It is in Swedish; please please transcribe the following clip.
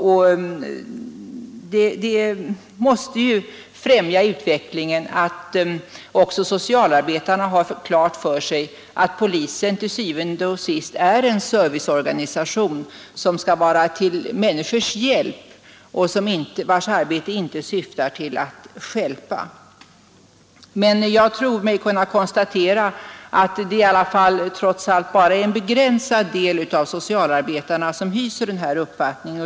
Det måste ju främja utvecklingen att också socialarbetarna har klart för sig att polisen är en serviceorganisation vars arbete syftar till att hjälpa och inte till att stjälpa. Men jag tror mig kunna konstatera att det i alla fall trots allt bara är en begränsad del av socialarbetarna som hyser denna uppfattning.